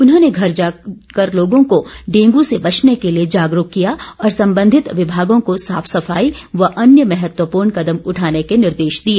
उन्होंने घर द्वार जाकर लोगों को डेंगू से बचने के लिए जागरूक किया और संबंधित विभागों को साफ सफाई व अन्य महत्वपूर्ण कदम उठाने के निर्देश दिए